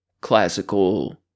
classical